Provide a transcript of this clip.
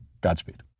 Godspeed